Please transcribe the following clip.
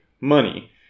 money